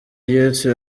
yesu